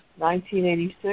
1986